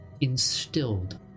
instilled